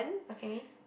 okay